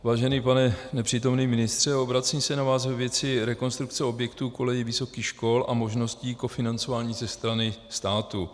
Vážený pane nepřítomný ministře, obracím se na vás ve věci rekonstrukce objektů kolejí vysokých škol a možnosti kofinancování ze strany státu.